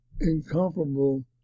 incomparable